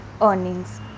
earnings